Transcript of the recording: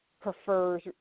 prefers